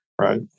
Right